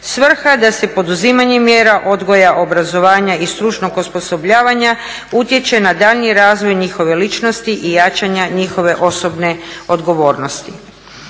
Svrha je da se poduzimanjem mjera odgoja, obrazovanja i stručnog osposobljavanja utječe na daljnji razvoj njihove ličnosti i jačanja njihove osobne odgovornosti.